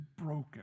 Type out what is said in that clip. broken